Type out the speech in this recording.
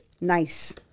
Nice